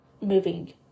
moving